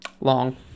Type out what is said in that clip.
Long